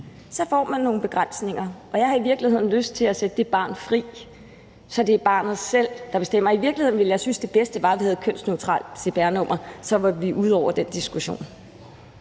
så får man nogle begrænsninger. Og jeg har i virkeligheden lyst til at sætte det barn fri, så det er barnet selv, der bestemmer. I virkeligheden ville jeg synes, det bedste var, at vi havde kønsneutralt cpr-nummer, for så var vi ude over den diskussion.